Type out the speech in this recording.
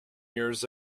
years